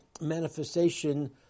manifestation